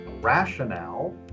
rationale